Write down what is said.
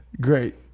Great